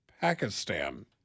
Pakistan